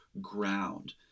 ground